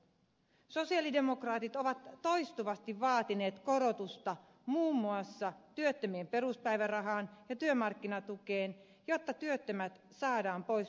sosialidemokraatit ovat toistuvasti vaatineet korotusta muun muassa työttömien peruspäivärahaan ja työmarkkinatukeen jotta työttömät saadaan pois toimeentulotukiriippuvuudesta